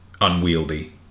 unwieldy